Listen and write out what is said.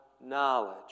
knowledge